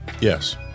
Yes